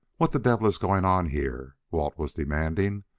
what the devil is going on here? walt was demanding.